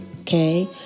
okay